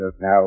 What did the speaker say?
Now